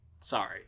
Sorry